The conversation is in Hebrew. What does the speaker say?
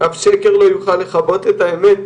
אף שקר לא יוכל לכבות את האמת,